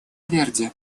верде